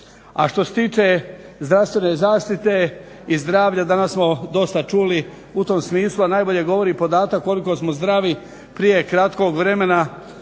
A što se tiče zdravstvene zaštite i zdravlja, danas smo dosta čuli u tom smislu, a najbolje govori podatak koliko smo zdravi prije kratkog vremena